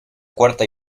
cuarta